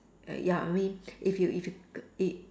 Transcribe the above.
ya I mean if you if you k~ it